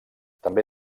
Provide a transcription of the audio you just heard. també